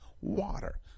water